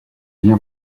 bien